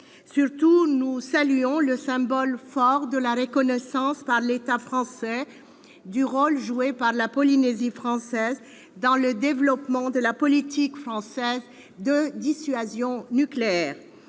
Surtout, nous saluons le symbole fort de la reconnaissance par l'État français du rôle joué par la Polynésie française dans le développement de la politique française de dissuasion nucléaire.